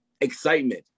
excitement